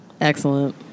Excellent